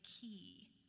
key